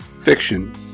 fiction